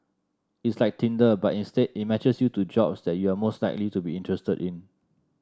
it's like Tinder but instead it matches you to jobs that you are most likely to be interested in